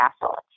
castle